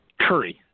Curry